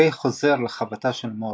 קיי חוזר לחווה של מורטון,